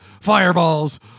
Fireballs